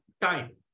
time